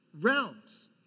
realms